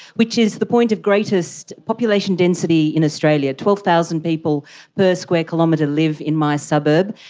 which is the point of greatest population density in australia, twelve thousand people per square kilometre live in my suburb,